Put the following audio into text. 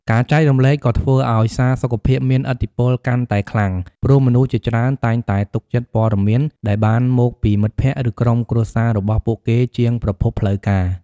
ការចែករំលែកក៏ធ្វើឲ្យសារសុខភាពមានឥទ្ធិពលកាន់តែខ្លាំង ព្រោះមនុស្សជាច្រើនតែងតែទុកចិត្តព័ត៌មានដែលបានមកពីមិត្តភក្តិឬក្រុមគ្រួសាររបស់ពួកគេជាងប្រភពផ្លូវការ។